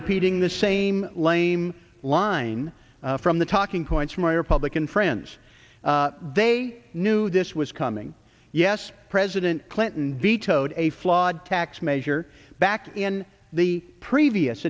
repeating the same lame line from the talking points from my republican friends they knew this was coming yes president clinton vetoed a flawed tax measure back in the previous